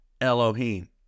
Elohim